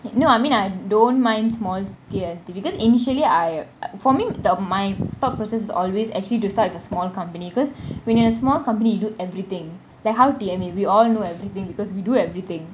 no I mean I don't mind small scale okay because initially I for me the my thought process is always actually to start with a small company because when you are a small company you do everything like how T_M_U we all know everything because we do everything